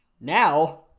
now